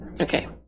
Okay